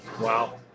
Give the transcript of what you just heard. Wow